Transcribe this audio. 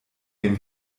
dem